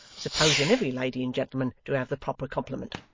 supposing every lady and gentleman to have the proper complement.